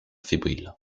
fébriles